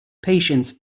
patience